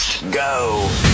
Go